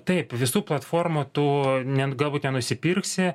taip visų platformų tu ne galbūt nenusipirksi